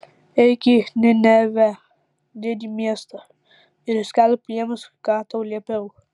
eik į ninevę didį miestą ir skelbk jiems ką tau liepiau